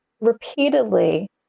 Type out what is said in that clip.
repeatedly